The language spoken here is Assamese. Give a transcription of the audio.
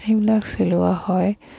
সেইবিলাক চিলোৱা হয়